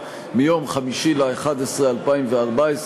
מיום 5 בנובמבר 2014,